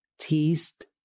teased